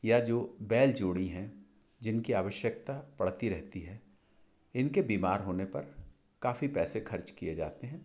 या जो बैल जोड़ी हैं जिनकी आवश्यकता पड़ती रहती है इनके बीमार होने पर काफ़ी पैसे खर्च किए जाते हैं